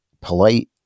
polite